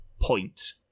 point